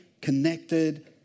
connected